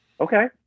Okay